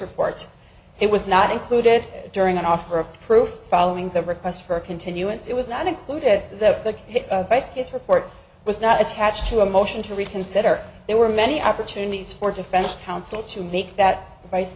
reports it was not included during an offer of proof following the request for a continuance it was not included that the report was not attached to a motion to reconsider there were many opportunities for defense counsel to make that rice